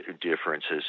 differences